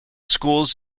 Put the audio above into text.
schools